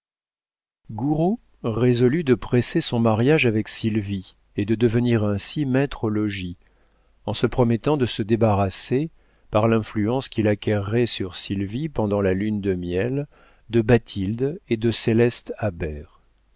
résolut de presser son mariage avec sylvie et de devenir ainsi maître au logis en se promettant de se débarrasser par l'influence qu'il acquerrait sur sylvie pendant la lune de miel de bathilde et de céleste